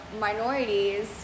minorities